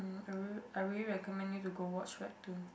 mm I rea~ I really recommend you to go watch Webtoon